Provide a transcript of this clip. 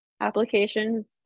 applications